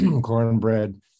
cornbread